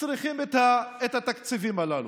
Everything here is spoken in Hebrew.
צריכים את התקציבים הללו.